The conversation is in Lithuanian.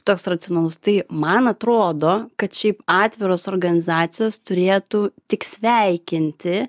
toks racionalus tai man atrodo kad šiaip atviros organizacijos turėtų tik sveikinti